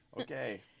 Okay